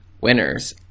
winners